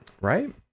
Right